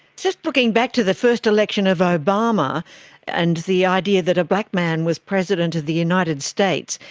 just looking back to the first election of obama and the idea that a black man was president of the united states,